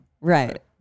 Right